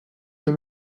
für